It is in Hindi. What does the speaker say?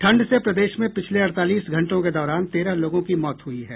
ठंड से प्रदेश में पिछले अड़तालीस घंटों के दौरान तेरह लोगों की मौत हुई है